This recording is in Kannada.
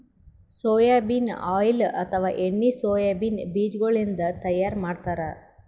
ಸೊಯಾಬೀನ್ ಆಯಿಲ್ ಅಥವಾ ಎಣ್ಣಿ ಸೊಯಾಬೀನ್ ಬಿಜಾಗೋಳಿನ್ದ ತೈಯಾರ್ ಮಾಡ್ತಾರ್